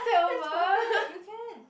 that's perfect you can